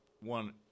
one